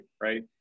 right